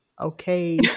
okay